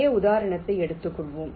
இதே உதாரணத்தை எடுத்துக் கொள்வோம்